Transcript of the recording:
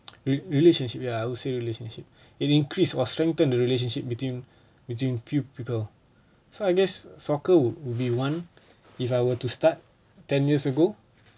re~ relationship ya I would say relationship it increase or strengthen the relationship between between few people so I guess soccer would be one if I were to start ten years ago